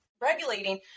regulating